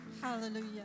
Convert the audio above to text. Hallelujah